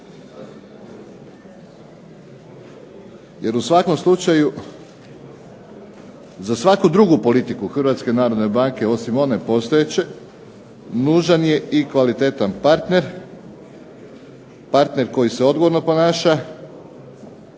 Jer u svakom slučaju za svaku drugu politiku HNB-a osim one postojeće, nužan je i kvalitetan partner, partner koji se odgovorno ponaša